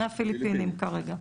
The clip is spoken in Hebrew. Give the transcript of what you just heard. מהפיליפינים כרגע.